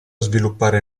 sviluppare